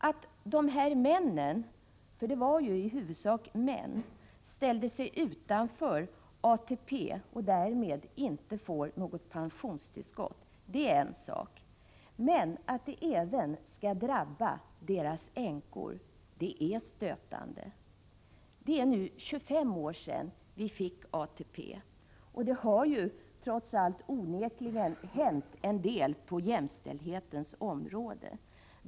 Att berörda män — för det gällde i huvudsak män — ställde sig utanför ATP-systemet och således inte har fått något pensionstillskott är en sak. Men att detta även drabbar änkorna till dessa män är stötande. Det är nu 25 år sedan ATP infördes, och onekligen har en hel del hänt sedan dess i fråga om jämställdheten.